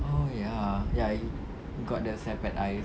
oh ya ya he got the sepet eyes